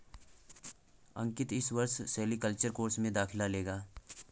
अंकित इस वर्ष sericulture course में दाखिला लेगा